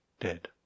dead